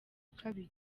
kabiri